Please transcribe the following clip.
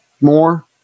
more